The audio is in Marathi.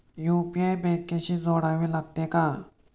यु.पी.आय बँकेशी जोडावे लागते का?